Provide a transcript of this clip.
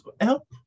help